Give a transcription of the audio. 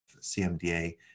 CMDA